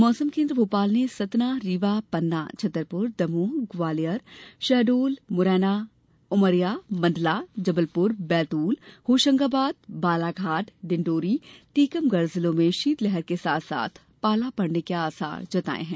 मौसम केंद्र भोपाल ने सतना रीवा पन्ना छतरपुर दमोह ग्वालियर शहडोल मुरैना उमरिया मण्डला जबलपुर बैतूल होशंगाबाद बालाघाट डिण्डौरी टीकमगढ़ जिले में शीतलहर के साथ साथ पाला पड़ने की आसार जताये हैं